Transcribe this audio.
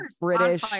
British